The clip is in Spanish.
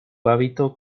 hábito